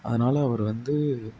அதனால் அவர் வந்து